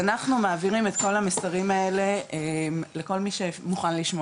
בדיוק אז אנחנו מעבירים את כל המסרים האלה לכל מי שמוכן לשמוע.